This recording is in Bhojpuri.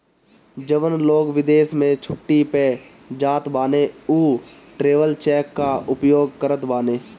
जवन लोग विदेश में छुट्टी पअ जात बाने उ ट्रैवलर चेक कअ उपयोग करत बाने